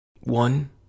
One